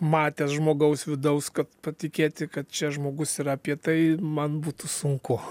matęs žmogaus vidaus kad patikėti kad čia žmogus yra apie tai man būtų sunku